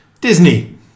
Disney